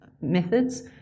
methods